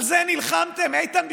על זה נלחמתם, איתן?